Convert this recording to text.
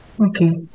okay